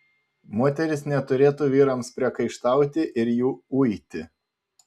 moterys neturėtų vyrams priekaištauti ir jų uiti